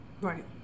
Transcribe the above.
Right